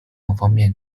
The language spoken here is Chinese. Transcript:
方面